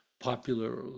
popular